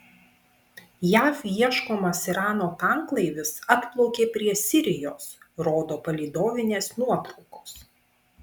jav ieškomas irano tanklaivis atplaukė prie sirijos rodo palydovinės nuotraukos